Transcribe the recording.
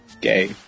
gay